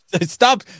stop